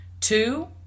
Two